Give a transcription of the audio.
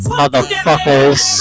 motherfuckers